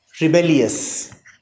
rebellious